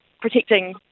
protecting